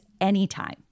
anytime